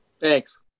Thanks